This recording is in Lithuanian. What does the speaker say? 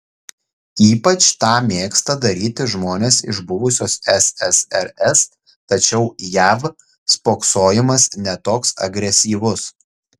ypač tą mėgsta daryti žmonės iš buvusios ssrs tačiau jav spoksojimas ne toks agresyvus